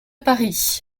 paris